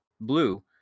blue